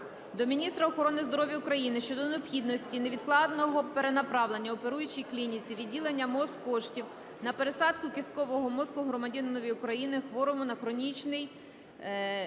до міністра охорони здоров'я України щодо необхідності невідкладного перенаправлення оперуючій клініці виділених МОЗ коштів на пересадку кісткового мозку громадянинові України хворому на хронічний